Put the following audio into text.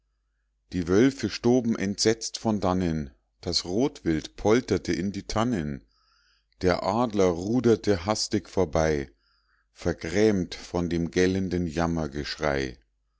die wölfe stoben entsetzt von dannen das rotwild polterte in die tannen der adler ruderte hastig vorbei vergrämt von dem gellenden